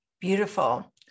Beautiful